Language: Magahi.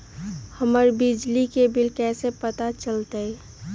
हमर बिजली के बिल कैसे पता चलतै?